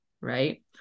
Right